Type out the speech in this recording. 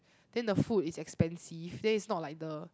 then the food is expensive then is not like the